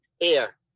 air